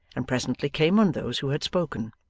and presently came on those who had spoken.